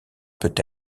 peut